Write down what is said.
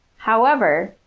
however,